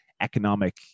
economic